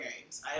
games